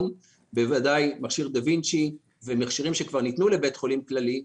בוודאי מכשיר דה וינצ’י ומכשירים שכבר ניתנו לבית חולים כללי,